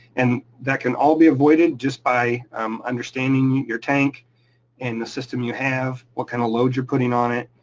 and, that can all be avoided just by um understanding your tank and the system you have, what kind of load you're putting on it,